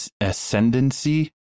ascendancy